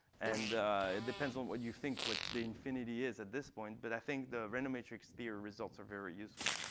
and it depends on what you think what the infinity is at this point. but i think the random matrix theory results are very useful.